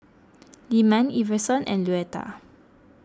Lyman Iverson and Luetta